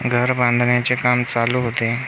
घर बांधण्याचे काम चालू होते